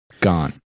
gone